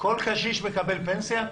כל קשיש מקבל פנסיה?